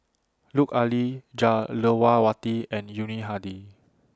Lut Ali Jah Lelawati and Yuni Hadi